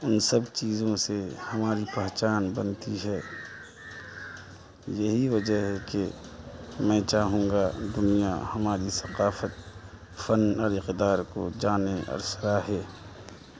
ان سب چیزوں سے ہماری پہچان بنتی ہے یہی وجہ ہے کہ میں چاہوں گا دنیا ہماری ثقافت فن اور اقدار کو جانے اور سراہے